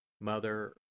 Mother